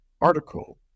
article